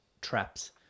traps